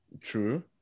True